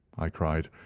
i cried,